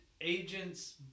agent's